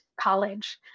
college